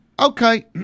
Okay